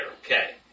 Okay